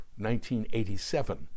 1987